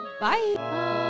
Bye